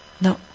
no